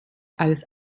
als